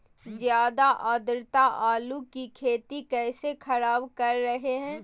ज्यादा आद्रता आलू की खेती कैसे खराब कर रहे हैं?